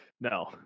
No